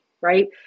Right